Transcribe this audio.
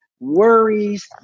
worries